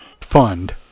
fund